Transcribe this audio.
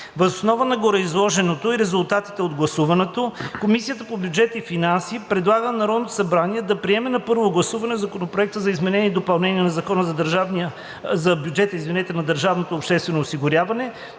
Въз основа на гореизложеното и резултатите от гласуването Комисията по бюджет и финанси предлага на Народното събрание да приеме на първо гласуване Законопроект за изменение и допълнение на Закона за бюджета на държавното обществено осигуряване